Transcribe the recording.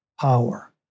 power